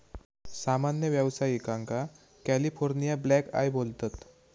सामान्य व्यावसायिकांका California blackeye बोलतत